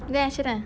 then macam mana